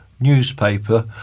newspaper